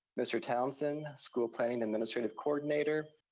mr. townsend, school planning administrative coordinator,